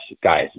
guys